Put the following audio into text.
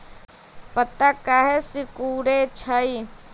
पत्ता काहे सिकुड़े छई?